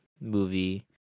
movie